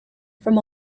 from